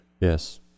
yes